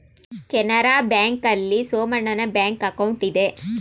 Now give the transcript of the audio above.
Canara bank ಆಲ್ಲಿ ಸೋಮಣ್ಣನ bank account ಇದೆ